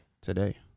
Today